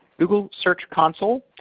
google search console,